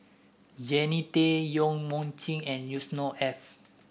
Jannie Tay Yong Mun Chee and Yusnor Ef